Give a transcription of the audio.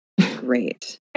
great